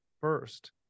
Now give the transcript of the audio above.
first